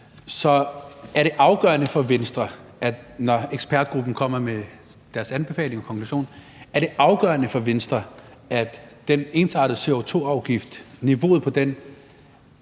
Er det afgørende for Venstre, når ekspertgruppen kommer med deres anbefaling og konklusion, at den ensartede CO2-afgift, altså niveauet på den,